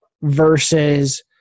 versus